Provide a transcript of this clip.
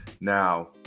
Now